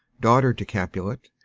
daughter to capulet.